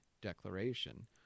Declaration